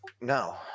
No